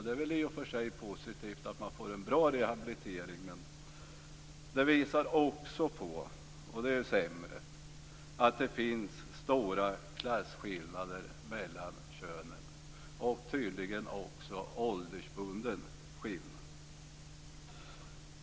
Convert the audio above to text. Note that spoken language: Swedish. Det är i och för sig positivt att man får en bra rehabilitering, men det visar också, vilket är sämre, att det finns stora klasskillnader mellan könen och tydligen också en åldersbunden skillnad.